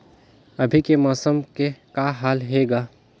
अभी के मौसम के कौन हाल हे ग?